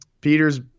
Peter's